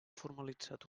formalitzat